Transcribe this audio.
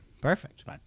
Perfect